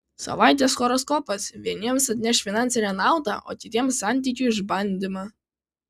savaitės horoskopas vieniems atneš finansinę naudą o kitiems santykių išbandymą